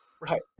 right